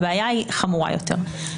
הבעיה חמורה יותר.